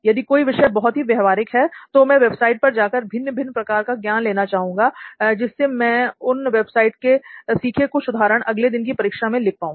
यदि कोई विषय बहुत ही व्यवहारिक है तो मैं वेबसाइट पर जाकर भिन्न भिन्न प्रकार का ज्ञान लेना चाहूँगा जिससे मैं उन वेबसाइट से सीखे कुछ उदाहरण अगले दिन की परीक्षा में लिख पाऊँ